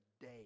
day